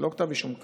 זה לא כתב אישום קל,